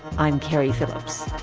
i'm keri phillips